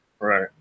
Right